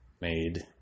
made